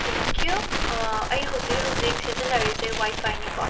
thank you ꯑꯩ ꯍꯧꯖꯤꯛ ꯍꯧꯖꯤꯛ ꯁꯤꯖꯤꯟꯅꯔꯤꯖꯦ ꯋꯥꯏ ꯐꯥꯏꯅꯤꯀꯣ